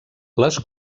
les